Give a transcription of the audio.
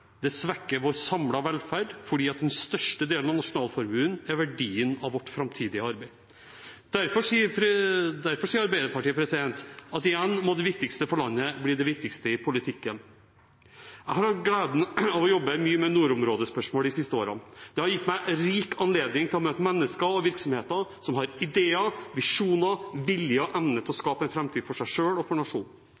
Det svekker vår samlede velferd, fordi den største delen av nasjonalformuen er verdien av vårt framtidige arbeid. Derfor sier Arbeiderpartiet at igjen må det viktigste for landet bli det viktigste i politikken. Jeg har hatt gleden av å jobbe mye med nordområdespørsmål de siste årene. Det har gitt meg rik anledning til å møte mennesker og virksomheter som har ideer, visjoner, vilje og evne til å